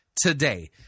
Today